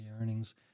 earnings